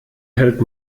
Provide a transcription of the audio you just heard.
hält